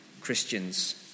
Christians